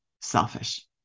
selfish